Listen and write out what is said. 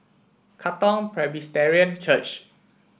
Katong Presbyterian Church